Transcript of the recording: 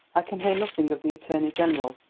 i can hear nothing of the attorney-general,